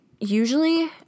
usually